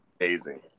amazing